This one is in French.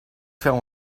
faire